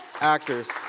actors